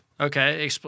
Okay